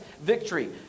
victory